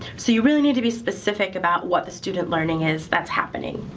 so you really need to be specific about what the student learning is that's happening.